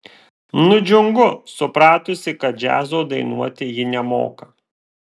nudžiungu supratusi kad džiazo dainuoti ji nemoka